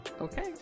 okay